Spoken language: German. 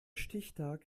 stichtag